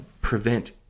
prevent